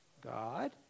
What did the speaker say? God